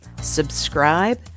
subscribe